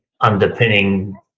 underpinning